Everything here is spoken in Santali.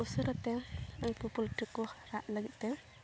ᱩᱥᱟᱹᱨᱟᱛᱮ ᱩᱱᱠᱩ ᱯᱳᱞᱴᱨᱤ ᱠᱚ ᱨᱟᱜ ᱞᱟᱹᱜᱤᱫ ᱛᱮ